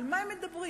על מה הם מדברים?